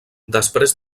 després